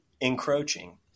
encroaching